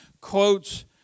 quotes